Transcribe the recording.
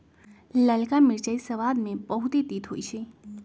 ललका मिरचाइ सबाद में बहुते तित होइ छइ